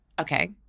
Okay